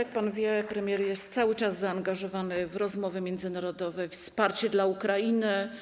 Jak pan wie, premier jest cały czas zaangażowany w rozmowy międzynarodowe, we wsparcie dla Ukrainy.